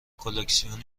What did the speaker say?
کلکسیون